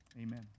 Amen